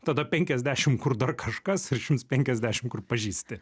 tada penkiasdešim kur dar kažkas ir šimts penkiasdešim kur pažįsti